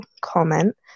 comment